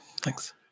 Thanks